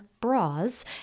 bras